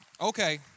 Okay